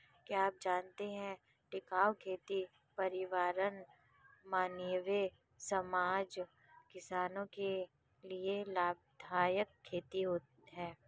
क्या आप जानते है टिकाऊ खेती पर्यावरण, मानवीय समाज, किसानो के लिए लाभदायक खेती है?